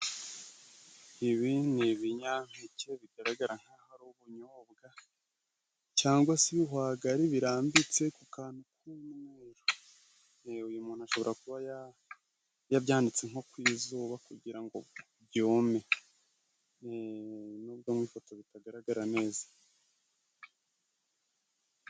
Ibi ni ibinyampeke bigaragara nkaho hari ari ubunyobwa cyangwa se ibihwagari, birambitse ku kantu k'umweru ye uyu muntu ashobora kuba yabyanitse nko ku izuba kugira ngo byume nubwo mu mafoto bitagaragara neza.